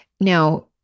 Now